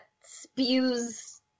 spews